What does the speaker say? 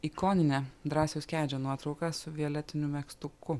ikoninė drąsiaus kedžio nuotrauka su violetiniu megztuku